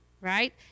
Right